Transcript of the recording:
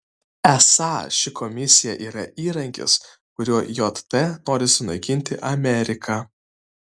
esą ši komisija yra įrankis kuriuo jt nori sunaikinti ameriką